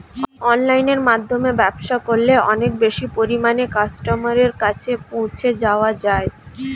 অনলাইনের মাধ্যমে ব্যবসা করলে অনেক বেশি পরিমাণে কাস্টমারের কাছে পৌঁছে যাওয়া যায়?